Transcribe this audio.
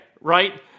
Right